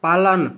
पालन